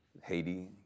Haiti